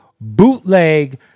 BOOTLEG